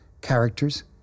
characters